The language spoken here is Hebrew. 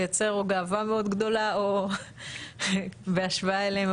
לייצר או גאווה מאוד גדולה בהשוואה אליהם,